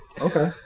Okay